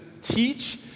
teach